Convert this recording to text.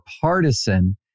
partisan